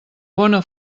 bona